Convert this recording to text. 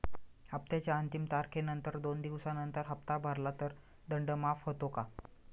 हप्त्याच्या अंतिम तारखेनंतर दोन दिवसानंतर हप्ता भरला तर दंड माफ होतो का?